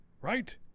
right